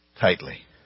tightly